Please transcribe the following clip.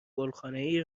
گلخانهای